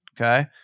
Okay